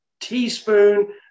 teaspoon